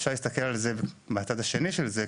אפשר להסתכל על זה מהצד השני של זה,